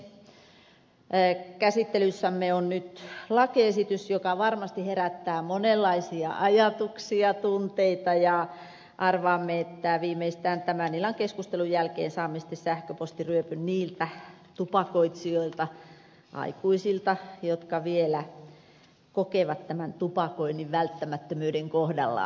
käsittelyssämme on nyt lakiesitys joka varmasti herättää monenlaisia ajatuksia tunteita ja arvaamme että viimeistään tämän illan keskustelun jälkeen saamme sähköpostiryöpyn niiltä tupakoitsijoilta aikuisilta jotka vielä kokevat tupakoinnin välttämättömyyden kohdallaan